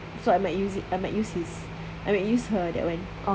so I might use I might use I might use her that [one]